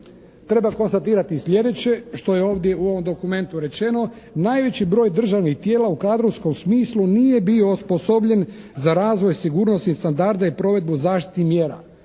Treba konstatirati sljedeće što je ovdje u ovom dokumentu rečeno. Najveći broj državnih tijela u kadrovskom smislu nije bio osposobljen za razvoj sigurnosnih standarda i provedbu zaštitnih mjera.